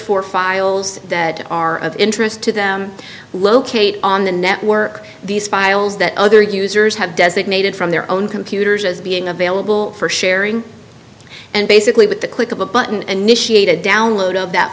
for files that are of interest to them locate on the network these files that other users have does made from their own computers as being available for sharing and basically with the click of a button and mission to download of that